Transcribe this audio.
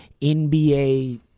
NBA